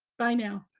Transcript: bye now.